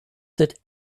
that